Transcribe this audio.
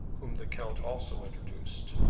whom the count also introduced.